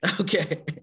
Okay